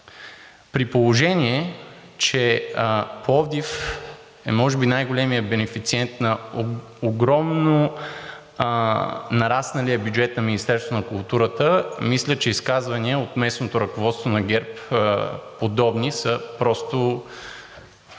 При положение че Пловдив е може би най-големият бенефициент на огромно нарасналия бюджет на Министерството на културата, мисля, че изказвания от местното ръководство на ГЕРБ – подобни, са просто